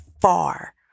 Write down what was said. far